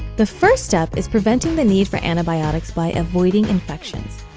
the first step is preventing the need for antibiotics by avoiding infections,